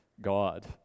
god